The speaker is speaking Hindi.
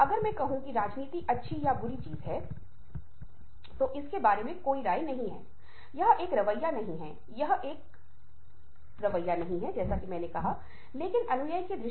और जैसे ही यह व्यक्ति सड़क पर गाड़ी चलाता है छोटी दुर्घटनाएँ होती हैं या छोटी मोटी गलतफहमी के कारण उससे लोग नाराज़ हो रहे हैं